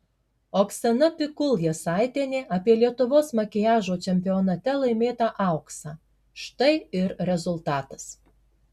oksana pikul jasaitienė apie lietuvos makiažo čempionate laimėtą auksą štai ir rezultatas